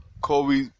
Kobe